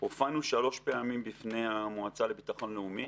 הופענו שלוש פעמים בפני המועצה לביטחון לאומי,